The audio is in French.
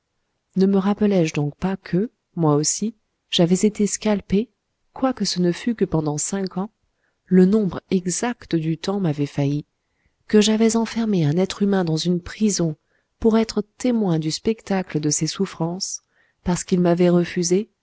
ne me rappelais je donc pas que moi aussi j'avais été scalpé quoique ce ne fût que pendant cinq ans le nombre exact du temps m'avait failli que j'avais enfermé un être humain dans une prison pour être témoin du spectacle de ses souffrances parce qu'il m'avait refusé